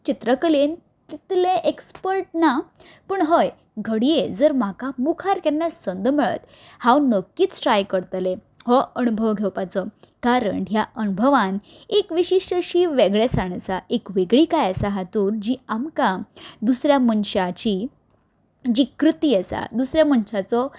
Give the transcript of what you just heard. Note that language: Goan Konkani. चित्रकलेन तितलें एक्सपट ना पूण हय घडये जर म्हाका मुखार केन्ना संद मेळत हांव नक्कीच ट्राय करतलें हो अणभव घेवपाचो कारण ह्या अणभवांत एक विशिश्ट अशी वेगळेंसाण आसा एक वेगळीकाय आसा हातून जी आमकां दुसऱ्या मुखार मनशाची जी कृती आसा दुसऱ्या मनशाचो